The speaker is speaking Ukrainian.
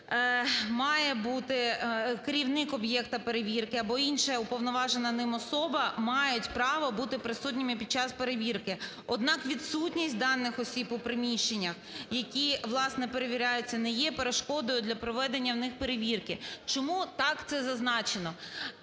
має бути керівник об'єкту перевірки або інша уповноважена ним особа, мають право бути присутніми під час перевірки. Однак відсутність даних осіб у приміщеннях, які, власне, перевіряються, не є перешкодою для проведення в них перевірки. Чому так, це зазначено.